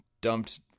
dumped